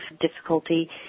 difficulty